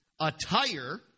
attire